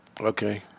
Okay